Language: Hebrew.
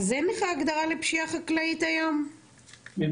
אז אין לך הגדרה לפשיעה חקלאית היום מבחינת